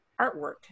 artwork